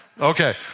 Okay